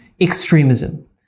extremism